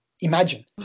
Imagine